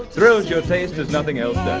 thrills your taste as nothing else